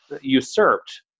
usurped